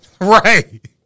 Right